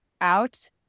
out